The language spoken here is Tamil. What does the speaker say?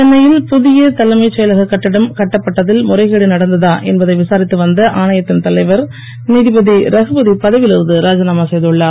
சென்னை புதிய தலைமை செயலக கட்டிடம் கட்டப்பட்டதில் முறைகேடு நடந்ததா என்பதை விசாரித்து வந்த ஆணையத்தின் தலைவர் நீதிபதி ரகுபதி பதவியில் இருந்து ராஜினாமா செய்துள்ளார்